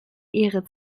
ehre